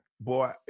Boy